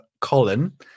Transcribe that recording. Colin